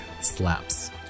slaps